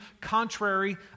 contrary